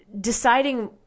deciding